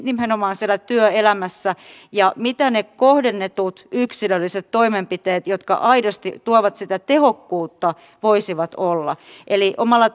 nimenomaan myöskin siellä työelämässä ja mitä ne kohdennetut yksilölliset toimenpiteet jotka aidosti tuovat sitä tehokkuutta voisivat olla eli omalla